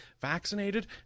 vaccinated